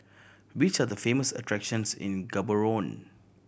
which are the famous attractions in Gaborone